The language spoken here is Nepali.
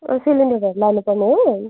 सिलिन्डरहरू लानुपर्ने हो